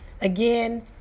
Again